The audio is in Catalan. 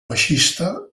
baixista